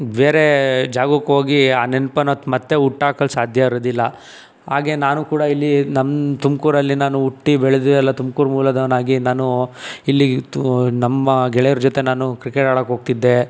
ಬೇರೆ ಜಾಗಕ್ಕೆ ಹೋಗಿ ಆ ನೆನ್ಪು ಅನ್ನೋದ್ ಮತ್ತೆ ಹುಟ್ಟಾಕಲ್ ಸಾಧ್ಯವಿರುವುದಿಲ್ಲ ಹಾಗೆ ನಾನೂ ಕೂಡ ಇಲ್ಲಿ ನಮ್ಮ ತುಮಕೂರಲ್ಲಿ ನಾನು ಹುಟ್ಟಿ ಬೆಳ್ದಿದ್ದೆಲ್ಲ ತುಮ್ಕೂರು ಮೂಲದವನಾಗಿ ನಾನು ಇಲ್ಲಿ ಇದ್ದು ನಮ್ಮ ಗೆಳೆಯರ ಜೊತೆ ನಾನು ಕ್ರಿಕೆಟ್ ಆಡಕ್ಕೆ ಹೋಗ್ತಿದ್ದೆ